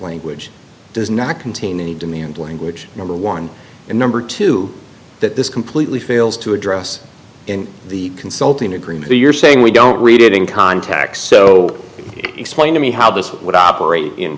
language does not contain any demand language number one and number two that this completely fails to address in the consulting agreement you're saying we don't read it in context so explain to me how this would operate in